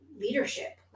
leadership